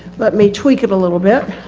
let me tweak it a little bit